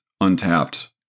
untapped